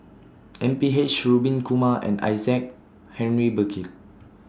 M P H Rubin Kumar and Isaac Henry Burkill